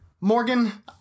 Morgan